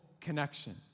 connection